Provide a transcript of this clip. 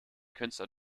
künstler